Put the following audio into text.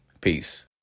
Peace